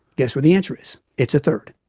guess what the answer is? it's a third.